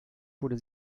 wurde